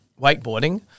wakeboarding